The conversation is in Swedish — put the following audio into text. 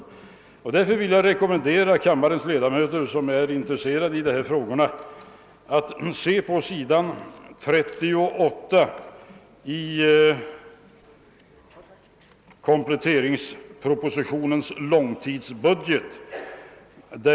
Därför vill jag rekommendera dem av kammarens ledamöter, som är intresserade i dessa frågor, att studera s. 38 i kompletteringspropositionens långtidsbudget.